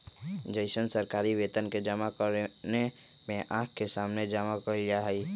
जैसन सरकारी वेतन के जमा करने में आँख के सामने जमा कइल जाहई